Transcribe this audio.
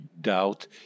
doubt